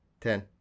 Ten